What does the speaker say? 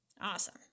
Awesome